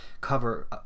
cover